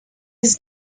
his